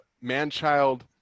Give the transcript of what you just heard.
man-child